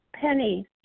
Penny